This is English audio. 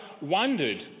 wondered